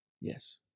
Yes